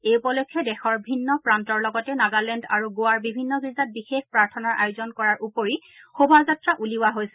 এই উপলক্ষে দেশৰ ভিন্ন প্ৰান্তৰ লগতে নগালেণ্ড আৰু গোৱাৰ বিভিন্ন গীৰ্জাত বিশেষ প্ৰাৰ্থনাৰ আয়োজন কৰাৰ উপৰি শোভাযাত্ৰা উলিওৱা হৈছে